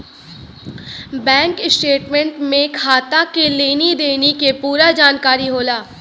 bank statement में खाता के लेनी देनी के पूरा जानकारी होला